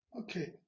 okay